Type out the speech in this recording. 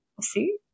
see